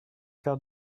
faire